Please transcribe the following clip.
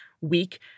week –